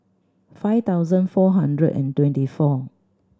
five thousand four hundred and twenty four